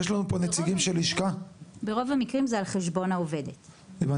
ברוב המקרים זה על חשבון העובדת.